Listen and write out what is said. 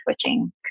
switching